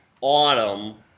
Autumn